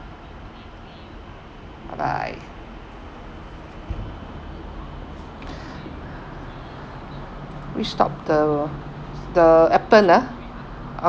bye bye which stop the the Appen ah